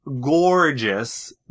gorgeous